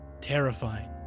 terrifying